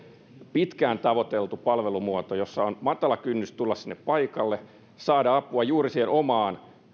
pitkään tavoiteltu palvelumuoto jossa on matala kynnys tulla sinne paikalle saada apua juuri siihen omaan